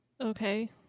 Okay